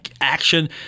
action